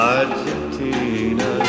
Argentina